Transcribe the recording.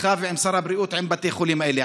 איתך ועם שר הבריאות על בתי החולים האלה.